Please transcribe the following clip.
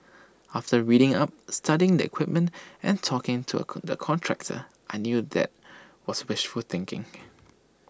after reading up studying the equipment and talking to A the contractor I knew that was wishful thinking